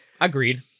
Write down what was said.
Agreed